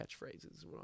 catchphrases